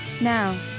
Now